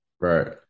Right